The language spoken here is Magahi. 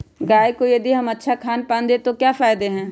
गाय को यदि हम अच्छा खानपान दें तो क्या फायदे हैं?